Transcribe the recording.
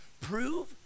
Prove